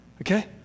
Okay